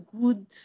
good